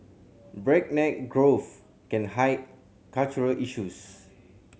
breakneck growth can hide cultural issues